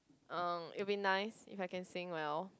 um it would be nice if I can sing well